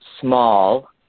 Small